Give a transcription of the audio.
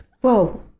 Whoa